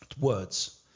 words